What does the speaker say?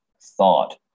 thought